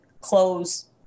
close